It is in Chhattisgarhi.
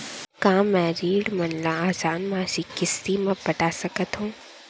का मैं ऋण मन ल आसान मासिक किस्ती म पटा सकत हो?